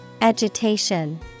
agitation